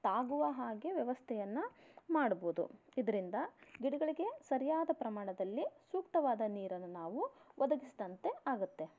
ತಾಗುವ ಹಾಗೆ ವ್ಯವಸ್ಥೆಯನ್ನು ಮಾಡ್ಬೋದು ಇದರಿಂದ ಗಿಡಗಳಿಗೆ ಸರಿಯಾದ ಪ್ರಮಾಣದಲ್ಲಿ ಸೂಕ್ತವಾದ ನೀರನ್ನು ನಾವು ಒದಗಿಸಿದಂತೆ ಆಗತ್ತೆ